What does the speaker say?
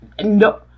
no